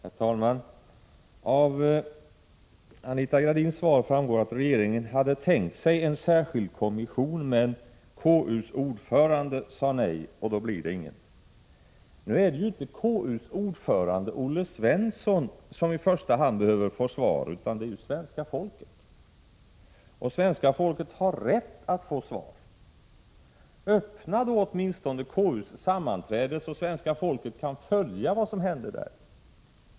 Herr talman! Av Anita Gradins svar framgår att regeringen hade tänkt sig en särskild kommission, men KU:s ordförande sade nej, och då blir det ingen. Nu är det ju inte KU:s ordförande Olle Svensson som i första hand behöver få svar, utan det är svenska folket. Svenska folket har rätt att få svar. Öppna åtminstone KU:s sammanträden så att svenska folket kan följa vad som händer där!